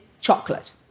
chocolate